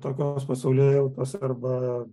tokios pasaulėjautos arba